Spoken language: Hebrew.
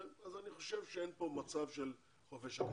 אז אני חושב שאין פה מצב של חופש אקדמי.